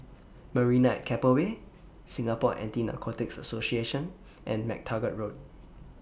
Marina At Keppel Bay Singapore Anti Narcotics Association and MacTaggart Road